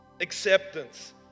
acceptance